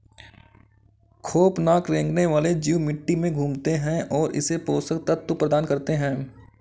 खौफनाक रेंगने वाले जीव मिट्टी में घूमते है और इसे पोषक तत्व प्रदान करते है